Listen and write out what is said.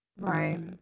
Right